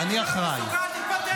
אם אתה לא מסוגל, תתפטר.